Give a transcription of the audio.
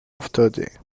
افتاده